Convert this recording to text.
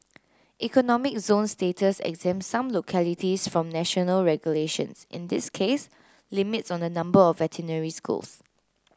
economic zone status exempt some localities from national regulations in this case limits on the number of veterinary schools